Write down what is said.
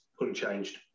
unchanged